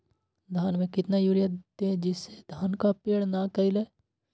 धान में कितना यूरिया दे जिससे धान का पेड़ ना गिरे?